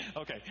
Okay